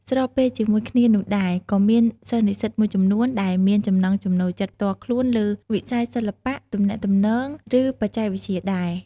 ស្របពេលជាមួយគ្នានោះដែរ ក៏មានសិស្សនិស្សិតមួយចំនួនដែលមានចំណង់ចំណូលចិត្តផ្ទាល់ខ្លួនលើវិស័យសិល្បៈ ទំនាក់ទំនង ឬបច្ចេកវិទ្យាដែរ។